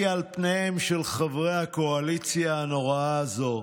על פניהם של חברי הקואליציה הנוראה הזו.